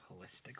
holistically